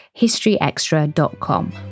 historyextra.com